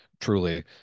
truly